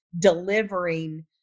delivering